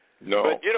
No